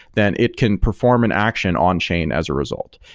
then it can perform an action on-chain as a result.